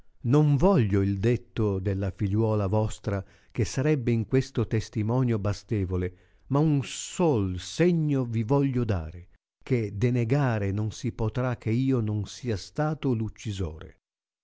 non voglio il detto della figliuola vostra che sarebbe in questo testimonio bastevole ma un sol segno vi voglio dare che denegare non si potrà che io non sia stato uccisor